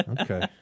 Okay